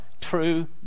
true